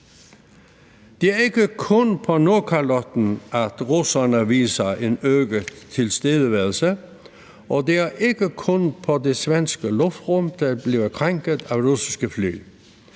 Det er ikke kun på Nordkalotten, at russerne viser en øget tilstedeværelse, og det er ikke kun det svenske luftrum, der bliver krænket af russiske fly.